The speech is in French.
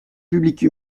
publique